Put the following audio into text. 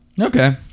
Okay